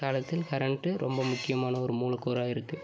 இக்காலத்தில் கரண்ட்டு ரொம்ப முக்கியமான ஒரு மூலக்கூறாக இருக்குது